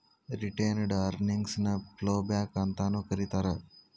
retained earnings ನ flowback ಅಂತಾನೂ ಕರೇತಾರ